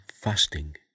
fasting